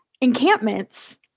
encampments